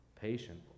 Patient